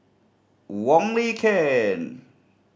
Wong Lin Ken